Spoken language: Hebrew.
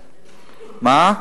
מה?